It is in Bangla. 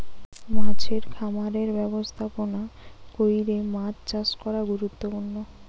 মাছের খামারের ব্যবস্থাপনা কইরে মাছ চাষ করা গুরুত্বপূর্ণ